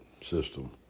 system